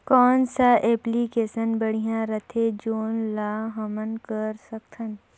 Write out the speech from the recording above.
कौन सा एप्लिकेशन बढ़िया रथे जोन ल हमन कर सकथन?